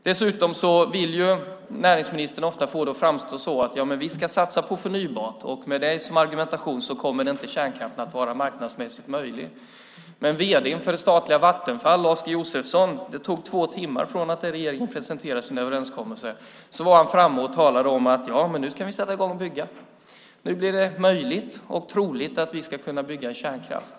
Dessutom vill näringsministern ofta få det att framstå som att man ska satsa på förnybart, och med det som argument kommer inte kärnkraften att vara marknadsmässigt möjlig. Men det tog bara två timmar från att regeringen presenterade sina överenskommelser innan vd:n för statliga Vattenfall, Lars G. Josefsson, var framme och talade om att de skulle sätta i gång och bygga och att det nu blev möjligt och troligt att de skulle kunna bygga kärnkraft.